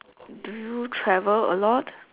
do you travel a lot